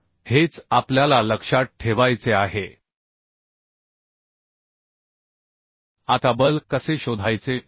तर हेच आपल्याला लक्षात ठेवायचे आहे आता बल कसे शोधायचे